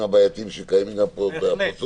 הבעייתיים שקיימים גם פה --- בהחלט,